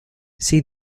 see